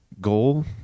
goal